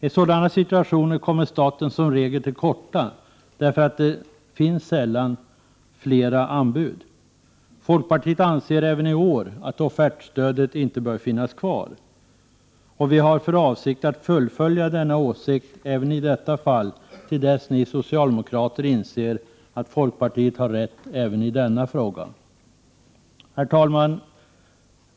I sådana situationer kommer staten som regel till korta, därför att det sällan finns flera anbud. Folkpartiet anser även i år att offertstödet inte bör finnas kvar. Vi har för avsikt att fullfölja denna åsikt även i detta fall, till dess ni socialdemokrater inser att folkpartiet har rätt även i denna fråga. Herr talman!